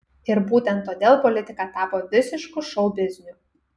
ir būtent todėl politika tapo visišku šou bizniu